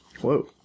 Whoa